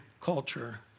culture